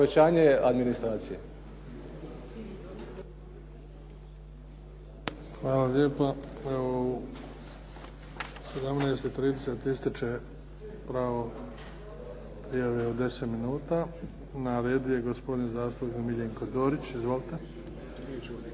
Hvala lijepa. U 17,30 ističe pravo prijave od deset minuta. Na redu je gospodin zastupnik Miljenko Dorić. Izvolite.